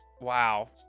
Wow